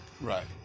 right